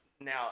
now